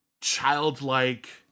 childlike